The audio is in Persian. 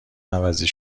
عوضی